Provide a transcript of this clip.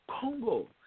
Congo